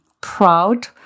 proud